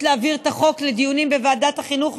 להעביר את החוק לדיונים בוועדת החינוך,